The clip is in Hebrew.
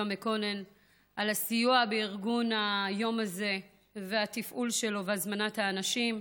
מקונן על הסיוע בארגון היום הזה ועל התפעול שלו והזמנת האנשים,